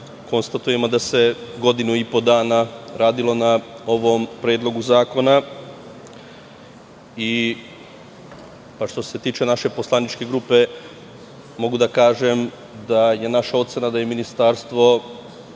konstatujemo da se godinu i po dana radilo na ovom predlogu zakona. Što se tiče naše poslaničke grupe, mogu da kažem da je naša ocena da je Ministarstvo